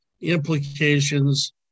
implications